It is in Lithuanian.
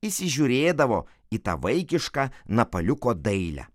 įsižiūrėdavo į tą vaikišką napaliuko dailę